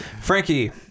frankie